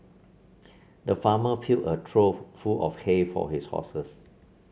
the farmer filled a trough full of hay for his horses